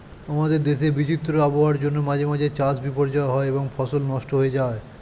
আমাদের দেশে বিচিত্র আবহাওয়ার জন্য মাঝে মাঝে চাষ বিপর্যস্ত হয় এবং ফসল নষ্ট হয়ে যায়